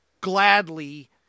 gladly